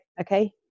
Okay